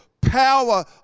power